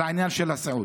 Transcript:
לעניין של הסיעוד.